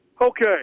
Okay